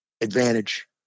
advantage